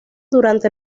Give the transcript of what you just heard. durante